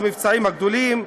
המבצעים הגדולים",